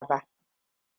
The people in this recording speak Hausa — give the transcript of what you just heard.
ba